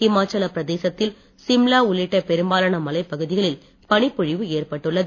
இமாச்சல பிரதேசத்தில் சிம்லா உள்ளிட்ட பெரும்பாலான மலைப் பகுதிகளில் பனிப் பொழிவு ஏற்பட்டுள்ளது